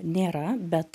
nėra bet